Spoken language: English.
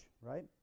right